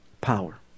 Power